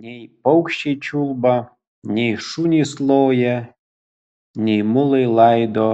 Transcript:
nei paukščiai čiulba nei šunys loja nei mulai laido